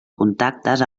contactes